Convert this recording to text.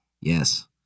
Yes